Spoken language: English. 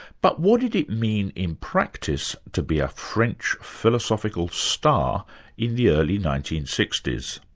but what did it mean in practice to be a french philosophical star in the early nineteen sixty s?